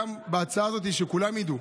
גם שכולם ידעו,